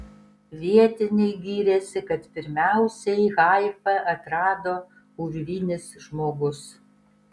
vietiniai giriasi kad pirmiausiai haifą atrado urvinis žmogus